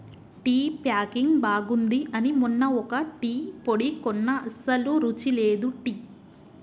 tea packing బాగుంది అని మొన్న ఒక టీ పొడి కొన్న అస్సలు రుచి లేదు టీ